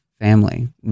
Family